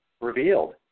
Revealed